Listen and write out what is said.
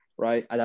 right